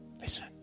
listen